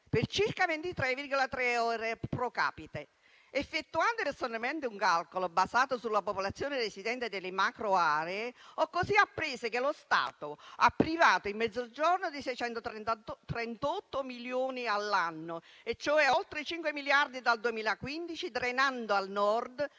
per circa 23,3 euro *pro-capite*». Effettuando un calcolo basato sulla popolazione residente delle macroaree, ho così appreso che lo Stato ha privato il Mezzogiorno di 638 milioni all'anno e cioè oltre 5 miliardi dal 2015, drenando al Nord